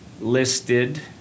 listed